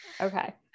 Okay